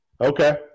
Okay